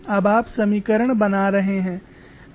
अब आप समीकरण बना रहे हैं